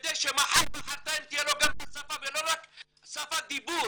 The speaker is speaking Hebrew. כדי שמחר מחרתיים תהיה לו גם את השפה ולא רק שפת דיבור